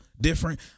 different